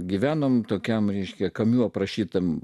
gyvenome tokiam reiškia kamiu aprašytam